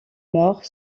mort